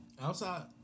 Outside